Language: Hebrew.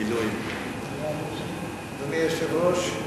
אדוני היושב-ראש,